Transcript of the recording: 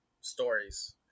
stories